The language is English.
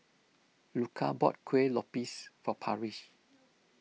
Luca bought Kuih Lopes for Parrish